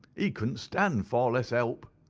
he couldn't stand, far less help.